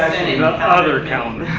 other calendar.